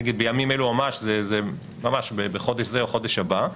בימים אלו ממש, זה ממש בחודש זה או חודש הבא,